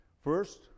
First